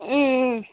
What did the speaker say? ம் ம்